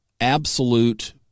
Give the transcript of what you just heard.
absolute